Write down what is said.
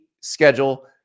schedule